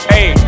Hey